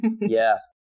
yes